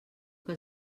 que